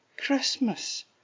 Christmas